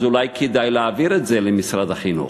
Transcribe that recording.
אז אולי כדאי להעביר את זה למשרד החינוך,